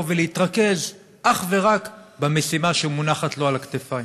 ולהתרכז אך ורק במשימה שמונחת על כתפיו.